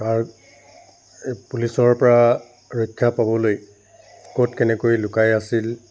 কাৰ এই পুলিচৰ পৰা ৰক্ষা পাবলৈ ক'ত কেনেকৈ লুকাই আছিল